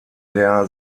der